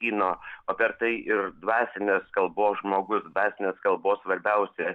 kino o per tai ir dvasinės kalbos žmogus dvasinės kalbos svarbiausia